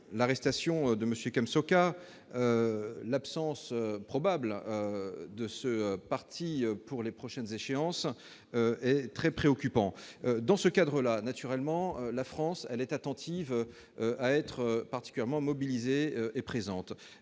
L'arrestation de M. Kem Sokha et l'absence probable de ce parti pour les prochaines échéances sont très préoccupantes. Dans ce cadre, la France est naturellement soucieuse d'être particulièrement mobilisée et présente.